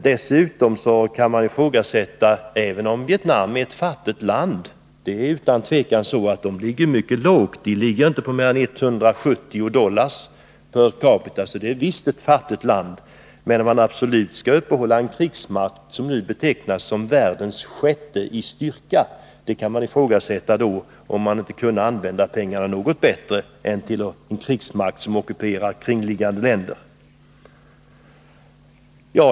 Dessutom kan man, även om Vietnam är ett fattigt land — det ligger utan tvivel mycket lågt på inkomstskalan, med 170 dollar per capita — ifrågasätts om det inte kunde använda sina pengar till något bättre än att upprätthålla en krigsmakt, som nu betecknas som världens sjätte i styrka, och att med den ockupera angränsande länder.